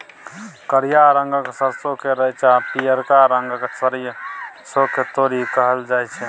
करिया रंगक सरसों केँ रैंचा आ पीयरका रंगक सरिसों केँ तोरी कहल जाइ छै